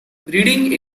breeding